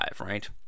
right